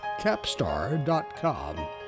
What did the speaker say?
Capstar.com